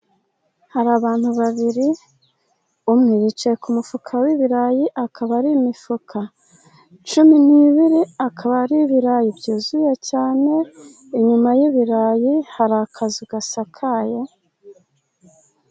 Hari abantu babiri, umwe yicaye ku mufuka w'ibirayi, akaba ari imifuka cumi n'ibiri, akaba ari ibirayi byuzuye cyane, inyuma y'ibirayi, hari akazu gasakaye.